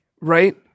right